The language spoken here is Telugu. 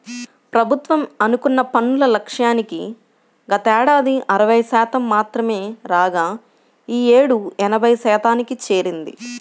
ప్రభుత్వం అనుకున్న పన్నుల లక్ష్యానికి గతేడాది అరవై శాతం మాత్రమే రాగా ఈ యేడు ఎనభై శాతానికి చేరింది